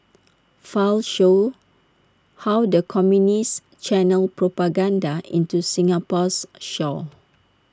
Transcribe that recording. files show how the communists channelled propaganda into Singapore's shores